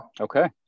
Okay